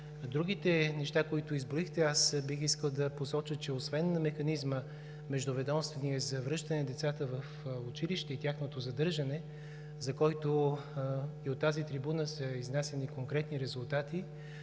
другите неща, които изброихте, бих искал да посоча, че освен междуведомствения механизъм за връщане на децата в училище и тяхното задържане, за който и от тази трибуна са изнасяни конкретни резултати,